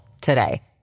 today